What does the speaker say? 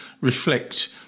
reflect